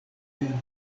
verko